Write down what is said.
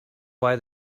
why